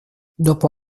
dopo